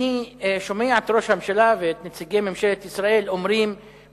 אני שומע את ראש הממשלה ואת נציגי ממשלת ישראל מלינים